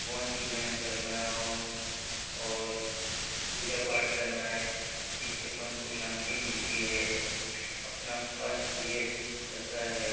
भगवान की ध्यान करना और पूजा पाठ करना इससे मन को शांति मिलती है अपना स्वास्थ्य भी अच्छा रहता है